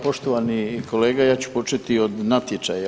Poštovani kolega, ja ću početi od natječaja.